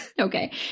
Okay